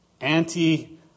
anti-